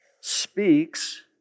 speaks